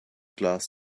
glass